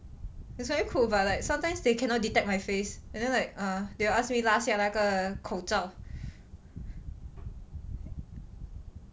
it's very cool but like sometimes they cannot detect my face and then like err they'll ask me 拉下那个口罩